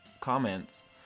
comments